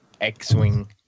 X-Wing